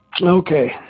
okay